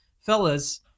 fellas